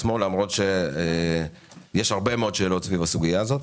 למרות שיש הרבה מאוד שאלות סביב הסוגיה הזאת.